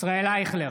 ישראל אייכלר,